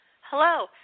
Hello